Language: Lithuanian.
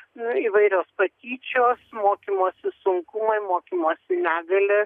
nu įvairios patyčios mokymosi sunkumai mokymosi negalės